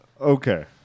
Okay